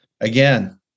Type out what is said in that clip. again